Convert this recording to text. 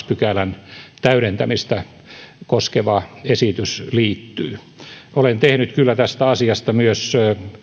pykälän täydentämistä koskeva esitys liittyy olen tehnyt kyllä tästä asiasta myös